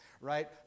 Right